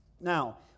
Now